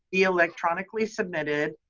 electronically submitted